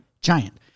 Giant